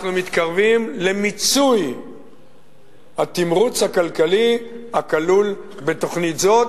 אבל אנחנו מתקרבים למיצוי התמרוץ הכלכלי הכלול בתוכנית הזאת.